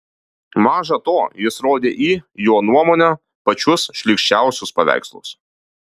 maža to jis rodė į jo nuomone pačius šlykščiausius paveikslus